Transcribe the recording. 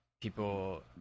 people